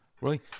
right